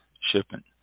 shipping